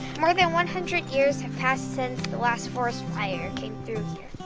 more than one hundred years have passed since the last forest fire came through here.